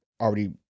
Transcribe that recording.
already